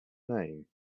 name